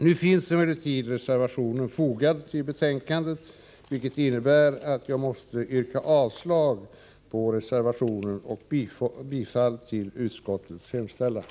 Nu finns emellertid reservationen fogad till betänkandet, vilket innebär att jag måste yrka avslag på reservationen och bifall till utskottets hemställan.